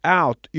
out